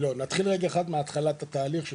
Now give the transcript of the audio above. נתחיל רגע אחד מהתחלת התהליך.